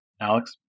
Alex